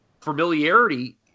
familiarity